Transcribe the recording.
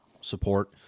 support